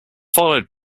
followed